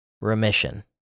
remission